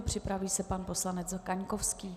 Připraví se pan poslanec Vít Kaňkovský.